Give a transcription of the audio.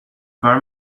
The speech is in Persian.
کار